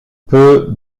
peu